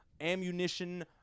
ammunition